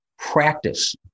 Practice